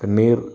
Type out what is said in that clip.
തണ്ണീർ